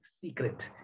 secret